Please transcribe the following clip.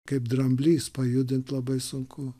kaip dramblys pajudint labai sunku